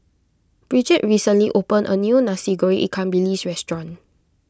Bridget recently opened a new Nasi Goreng Ikan Bilis restaurant